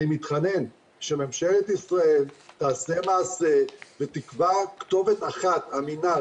אני מתחנן שממשלת ישראל תעשה מעשה ותקבע כתובת אחת אמינה,